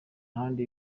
ahandi